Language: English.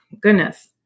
goodness